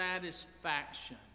satisfaction